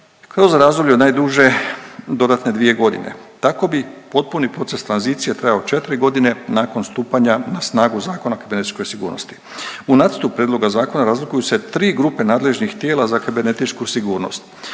kroz razdoblje od najduže dodatne dvije godine. Tako bi potpuni proces tranzicije trajao četiri godine nakon stupanja na snagu Zakona o kibernetičkoj sigurnosti. U Nacrtu prijedloga zakona razlikuju se tri grupe nadležnih tijela za kibernetičku sigurnost.